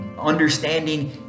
understanding